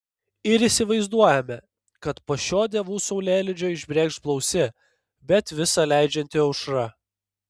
ir įsivaizduojame kad po šio dievų saulėlydžio išbrėkš blausi bet visa leidžianti aušra